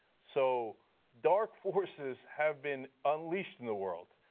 so dark forces have been unleashed in the world,